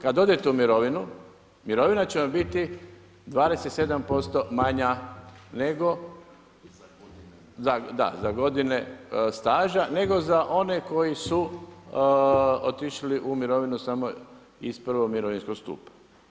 Kad odete u mirovinu, mirovina će vam biti 27% manja nego… ... [[Upadica: ne čuje se.]] Da, za godine staža, nego za one koji su otišli u mirovinu samo iz prvog mirovinskog stupa.